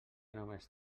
només